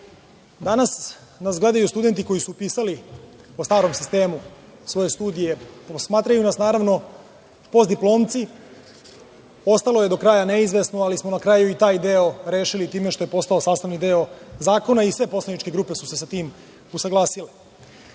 nas gledaju studenti koji su upisali po starom sistemu svoju studije. Posmatraju nas, naravno, postdiplomci. Ostalo je do kraja neizvesno, ali smo i taj deo rešili time što je postao sastavni deo zakona i sve poslaničke grupe su se sa tim usaglasili. Ostali